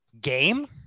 game